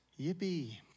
Yippee